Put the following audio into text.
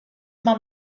uma